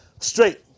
straight